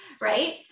right